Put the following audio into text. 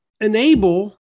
enable